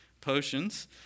potions